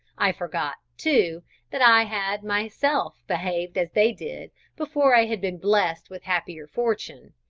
i forgot too that i had myself behaved as they did before i had been blessed with happier fortune,